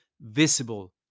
visible